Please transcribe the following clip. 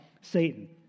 Satan